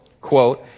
quote